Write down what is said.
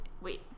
wait